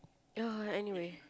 ya anyway